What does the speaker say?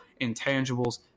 intangibles